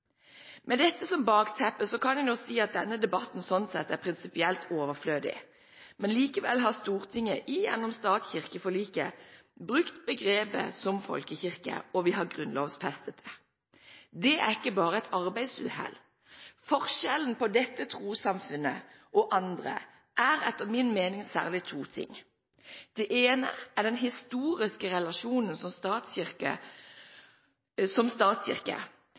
Med dette som bakteppe kan en si at denne debatten sånn sett er prinsipielt overflødig, men likevel har Stortinget gjennom stat–kirke-forliket brukt et begrep som «folkekirke», og vi har grunnlovfestet det. Det er ikke bare et arbeidsuhell. Forskjellen på dette trossamfunnet og andre er etter min mening særlig den historiske relasjonen som statskirke. Den har vært en viktig del av det offentlige Norge, og som